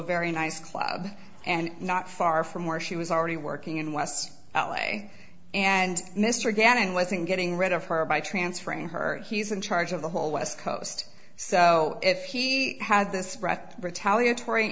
very nice club and not far from where she was already working in west l a and mr gannon wasn't getting rid of her by transferring her he's in charge of the whole west coast so if he had this breath retaliatory